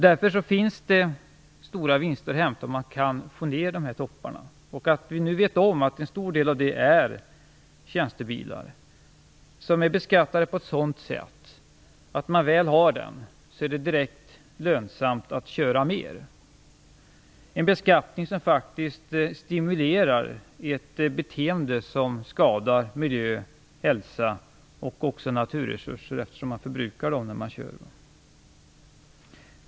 Därför finns stora vinster att göra om man kan få ned de här topparna. Vi vet att en stor del av trafiken utgörs av körningar med tjänstebilar, som är beskattade på ett sådant sätt att när man väl har en tjänstebil är det direkt lönsamt att köra mer. Den formen av beskattning stimulerar faktiskt ett beteende som skadar miljö, hälsa och naturresurser, som förbrukas när man kör.